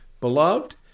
Beloved